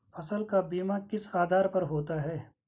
फसल का बीमा किस आधार पर होता है?